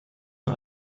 nur